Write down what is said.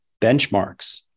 benchmarks